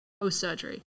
post-surgery